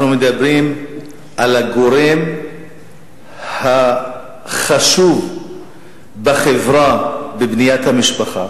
אנחנו מדברים על הגורם החשוב בחברה בבניית המשפחה,